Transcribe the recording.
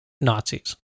Nazis